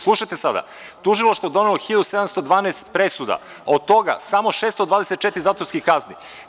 Slušajte sada, tužilaštvo donelo 1. 712 presuda, od toga samo 624 zatvorskih kazni.